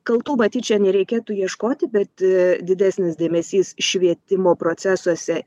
kaltų matyt čia nereikėtų ieškoti bet didesnis dėmesys švietimo procesuose